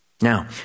Now